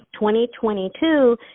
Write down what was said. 2022